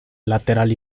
lateral